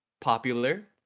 popular